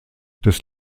des